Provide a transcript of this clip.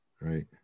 Right